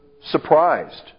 surprised